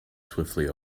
swiftly